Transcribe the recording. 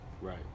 Right